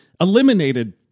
eliminated